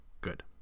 Good